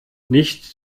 nicht